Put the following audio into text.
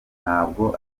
ntabwo